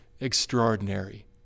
extraordinary